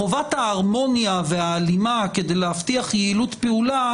חובת ההרמוניה וההלימה כדי להבטיח יעילות פעולה